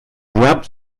grabbed